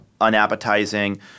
unappetizing